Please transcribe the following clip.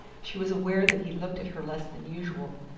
she was aware that he looked at her less than usual,